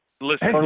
Listen